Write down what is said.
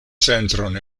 centron